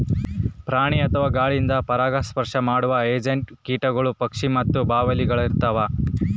ಪ್ರಾಣಿ ಅಥವಾ ಗಾಳಿಯಿಂದ ಪರಾಗಸ್ಪರ್ಶ ಮಾಡುವ ಏಜೆಂಟ್ಗಳು ಕೀಟಗಳು ಪಕ್ಷಿ ಮತ್ತು ಬಾವಲಿಳಾಗಿರ್ತವ